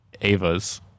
avas